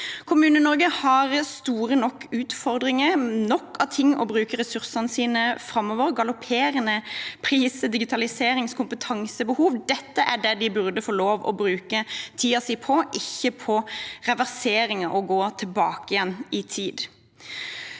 Kommune-Norge har store nok utfordringer, nok av ting å bruke ressursene sine på framover: galopperende priser, digitalisering og kompetansebehov. Dette er det de burde få lov å bruke tiden sin på, og ikke på reverseringer og å gå tilbake i tid.